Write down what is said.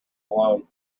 alone